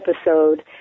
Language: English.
episode